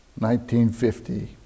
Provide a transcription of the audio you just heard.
1950